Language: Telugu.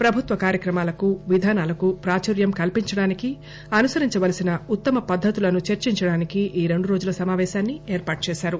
ప్రభుత్వ కార్యక్రమాలకు విధానాలకు ప్రాచుర్యం కల్పించడానికి అనుసరించవలసిన ఉత్తమ పద్దతులను చర్చించడానికి ఈ రెండురోజుల సమాపేశాన్ని ఏర్పాటుచేశారు